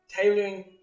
Tailoring